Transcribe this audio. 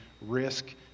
risk